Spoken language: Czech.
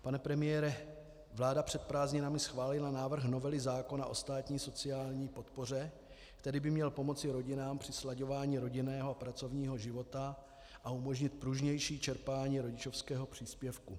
Pane premiére, vláda před prázdninami schválila návrh novely zákona o státní sociální podpoře, který by měl pomoci rodinám při slaďování rodinného a pracovního života a umožnit pružnější čerpání rodičovského příspěvku.